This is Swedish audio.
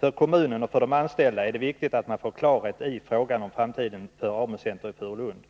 För kommunen och för de anställda är det viktigt att man får klarhet i frågan om framtiden för AMU-centret i Furulund.